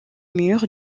mur